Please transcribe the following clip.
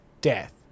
death